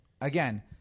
Again